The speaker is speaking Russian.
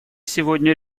сегодня